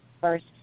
first